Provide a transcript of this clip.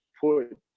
put